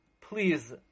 please